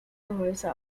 gehäuse